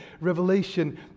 Revelation